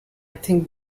think